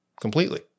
completely